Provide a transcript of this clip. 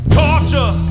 torture